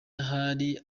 hari